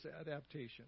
adaptation